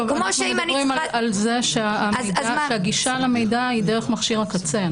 אנחנו מדברים על כך שהגישה למידע היא דרך מכשיר הקצה.